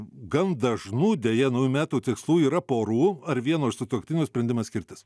gan dažnų deja naujų metų tikslų yra porų ar vieno iš sutuoktinių sprendimas skirtis